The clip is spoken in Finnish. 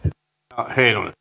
arvoisa